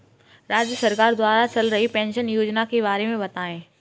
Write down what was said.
राज्य सरकार द्वारा चल रही पेंशन योजना के बारे में बताएँ?